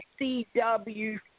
CW